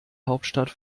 hauptstadt